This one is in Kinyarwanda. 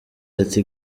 ati